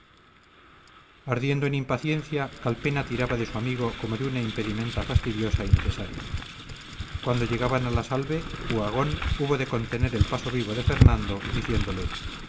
ardiendo en impaciencia calpena tiraba de su amigo como de una impedimenta fastidiosa y necesaria cuando llegaban a la salve uhagón hubo de contener el paso vivo de fernando diciéndole